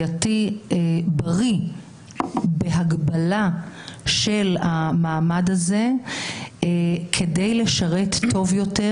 בריא בהגבלה של המעמד הזה כדי לשרת טוב יותר